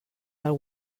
del